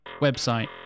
website